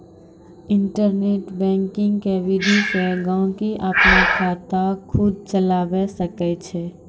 internet banking के विधि से गहकि अपनो खाता खुद चलावै सकै छै